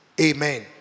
Amen